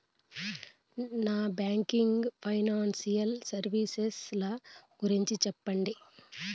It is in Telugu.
నాన్ బ్యాంకింగ్ ఫైనాన్సియల్ సర్వీసెస్ ల గురించి సెప్పండి?